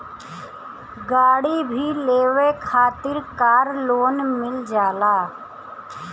गाड़ी भी लेवे खातिर कार लोन मिल जाला